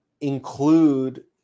include